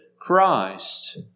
Christ